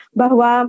bahwa